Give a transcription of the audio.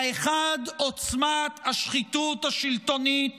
האחד, עוצמת השחיתות השלטונית